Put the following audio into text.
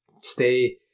stay